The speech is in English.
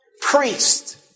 priest